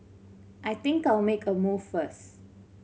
I think I'll make a move first